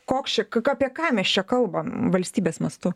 koks čia ką apie ką mes čia kalbam valstybės mastu